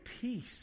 peace